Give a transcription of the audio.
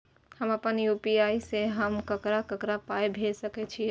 हम आपन यू.पी.आई से हम ककरा ककरा पाय भेज सकै छीयै?